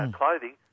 clothing